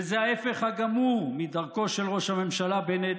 וזה ההפך הגמור מדרכו של ראש הממשלה בנט,